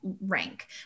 rank